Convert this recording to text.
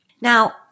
Now